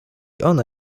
ona